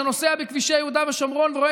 מי שנוסע בכבישי יהודה ושומרון ורואה